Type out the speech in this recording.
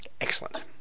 Excellent